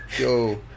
Yo